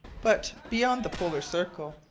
but, beyond the polar circle,